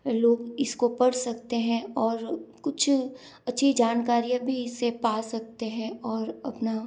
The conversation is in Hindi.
लोग इसको पढ़ सकते हैं और कुछ अच्छी जानकारी अभी इसे पा सकते हैं और अपना